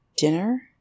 dinner